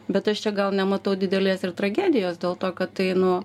bet aš čia gal nematau didelės ir tragedijos dėl to kad tai nu